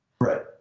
Right